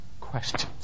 questions